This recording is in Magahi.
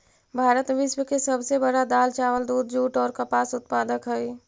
भारत विश्व के सब से बड़ा दाल, चावल, दूध, जुट और कपास उत्पादक हई